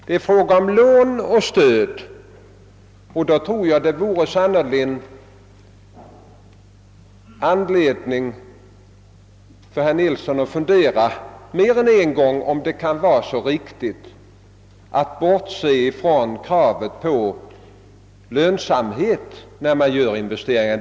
Det är ju fråga om lån och stöd, och därför tror jag att det sannerligen vore anledning för herr Nilsson att fundera mer än en gång på om det kan vara alldeles riktigt att bortse från kravet på lönsamhet när man skall göra investeringar.